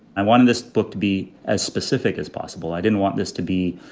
i wanted this book to be as specific as possible. i didn't want this to be